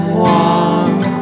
walk